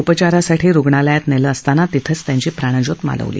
उपचारासाठी रुग्णालयात नेलं असताना तिथंच त्यांची प्राणज्योत मालवली